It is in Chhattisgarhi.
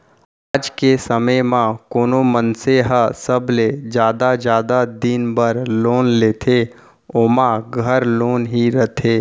आज के समे म कोनो मनसे ह सबले जादा जादा दिन बर लोन लेथे ओमा घर लोन ही रथे